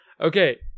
Okay